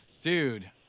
Dude